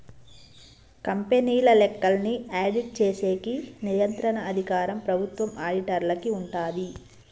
కంపెనీల లెక్కల్ని ఆడిట్ చేసేకి నియంత్రణ అధికారం ప్రభుత్వం ఆడిటర్లకి ఉంటాది